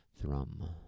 thrum